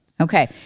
Okay